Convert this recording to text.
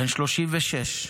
בן 36,